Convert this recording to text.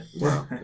Wow